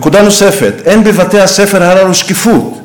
נקודה נוספת: אין בבתי-הספר הללו שקיפות.